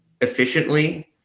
efficiently